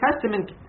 Testament